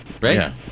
Right